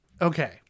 Okay